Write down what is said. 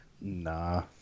Nah